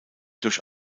durch